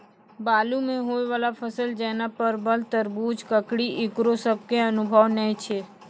बालू मे होय वाला फसल जैना परबल, तरबूज, ककड़ी ईकरो सब के अनुभव नेय छै?